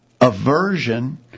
aversion